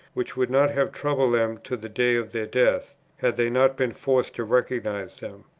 which would not have troubled them to the day of their death, had they not been forced to recognize them.